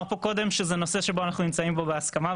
פה קודם שזהו נושא שבו אנחנו נמצאים בהסכמה,